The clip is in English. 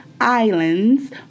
Islands